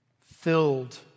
filled